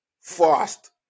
fast